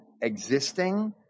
existing